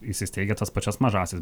įsisteigę tas pačias mažąsias